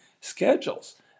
schedules